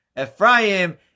Ephraim